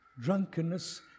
drunkenness